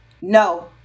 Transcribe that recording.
no